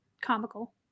comical